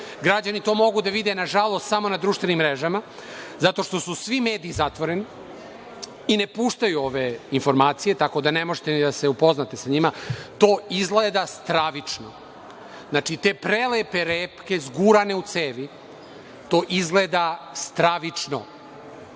građani to mogu da vide, nažalost, samo na društvenim mrežama zato što su sve mediji zatvoreni i ne puštaju ove informacije, tako da ne možete ni da se upoznate sa njima. To izgleda stravično. Znači, te prelepe reke zgurane u cevi, to izgleda stravično. Imali